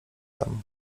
dam